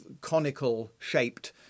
conical-shaped